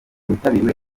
witabiriwe